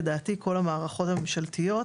לדעתי כל המערכות הממשלתיות,